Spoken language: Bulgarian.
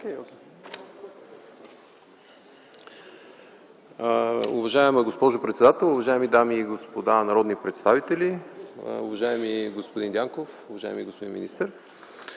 Уважаема госпожо председател, уважаеми дами и господа народни представители, уважаеми господин Дянков, уважаеми господин министър!